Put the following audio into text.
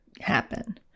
happen